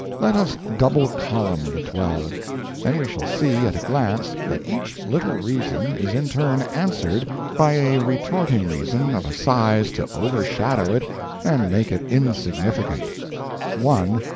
let us double-column the twelve then we shall see at a glance that each little reason is in turn answered by a retorting reason of a size to overshadow it and make it insignificant one.